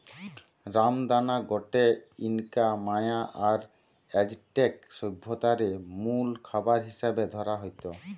রামদানা গটে Inca, Maya আর অ্যাজটেক সভ্যতারে মুল খাবার হিসাবে ধরা হইত